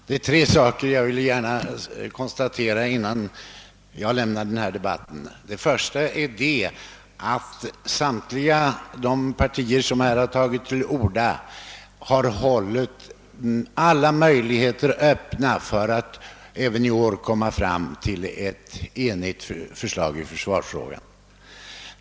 Herr talman! Det är tre ting jag vill konstatera innan jag lämnar denna debatt. Det första är att samtliga de partier, vilkas representanter här tagit till orda, har hållit alla möjligheter öppna för att även i år söka nå fram till ett enigt förslag i försvarsfrågan.